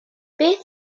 beth